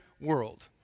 world